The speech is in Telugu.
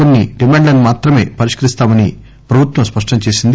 కొన్ని డిమాండ్లను మాత్రమే పరిష్కరిస్తామని ప్రభుత్వం స్పష్టంచేసింది